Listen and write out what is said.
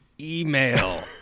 email